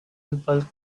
bulk